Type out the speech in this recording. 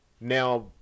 now